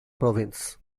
province